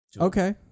Okay